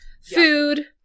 food